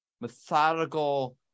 methodical